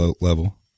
level